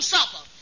supper